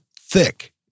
thick